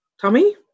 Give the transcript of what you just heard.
tummy